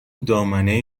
دامنه